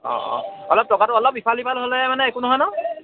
অঁ অঁ অলপ টকাটো অলপ ইফাল সিফাল হ'লে মানে একো নহয় নহ্